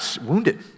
wounded